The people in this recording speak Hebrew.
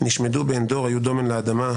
נשמדו בעין-דור, היו דומן, לאדמה.